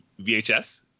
VHS